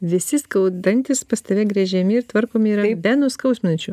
visi skau dantys pas tave gręžiami ir tvarkomi yra be nuskausminančių